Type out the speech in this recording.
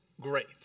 great